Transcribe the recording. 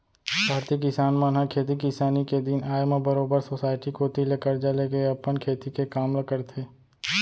भारतीय किसान मन ह खेती किसानी के दिन आय म बरोबर सोसाइटी कोती ले करजा लेके अपन खेती के काम ल करथे